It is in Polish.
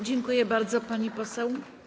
Dziękuję bardzo, pani poseł.